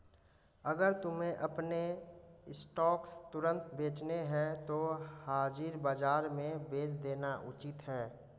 अगर तुम्हें अपने स्टॉक्स तुरंत बेचने हैं तो हाजिर बाजार में बेच देना उचित है